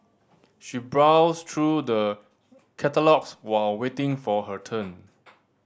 she browsed through the catalogues while waiting for her turn